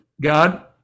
god